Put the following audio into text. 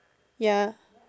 ya